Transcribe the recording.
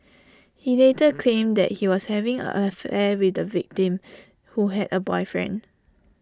he later claimed that he was having an affair with the victim who had A boyfriend